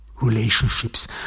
relationships